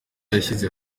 yashyize